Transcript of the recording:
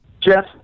Jeff